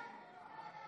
מדרוג עבירות